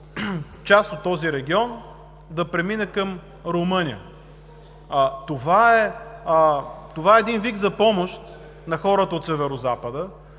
част от този регион да премине към Румъния. Това е един вик за помощ на хората от Северозапада,